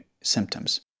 symptoms